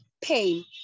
pain